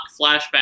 flashback